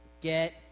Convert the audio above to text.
get